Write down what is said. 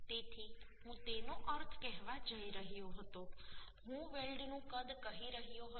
તેથી હું તેનો અર્થ કહેવા જઈ રહ્યો હતો હું વેલ્ડનું કદ કહી રહ્યો હતો